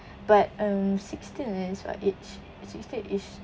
but um sixteen is what age sixteen is